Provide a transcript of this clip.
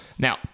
Now